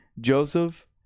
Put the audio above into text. Joseph